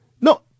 No